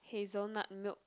hazelnut milk